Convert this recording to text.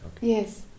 Yes